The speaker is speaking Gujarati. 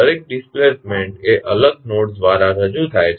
દરેક ડિસ્પ્લેસમેન્ટ એ અલગ નોડ દ્વારા રજૂ થાય છે